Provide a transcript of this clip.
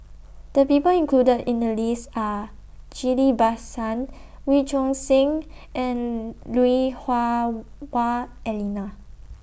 The People included in The list Are Ghillie BaSan Wee Choon Seng and Lui Hah Wah Elena